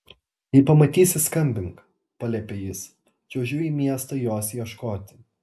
jei pamatysi skambink paliepė jis čiuožiu į miestą jos ieškot